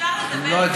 אפשר לדבר איתה.